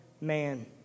man